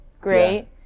great